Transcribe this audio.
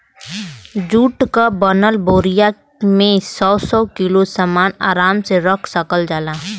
जुट क बनल बोरिया में सौ सौ किलो सामन आराम से रख सकल जाला